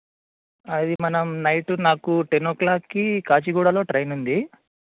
అది మనం నైట్ నాకు టెన్నో క్లాక్కి కాచిగూడాలో ట్రైనుంది